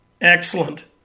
Excellent